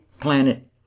planet